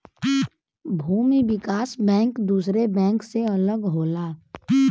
भूमि विकास बैंक दुसरे बैंक से अलग होला